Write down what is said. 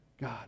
God